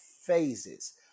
phases